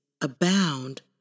abound